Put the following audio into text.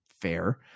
Fair